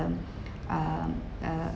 um uh